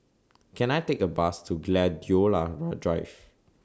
Can I Take A Bus to Gladiola Drive